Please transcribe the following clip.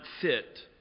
fit